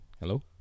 Hello